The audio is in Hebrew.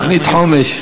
תוכנית חומש.